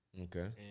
Okay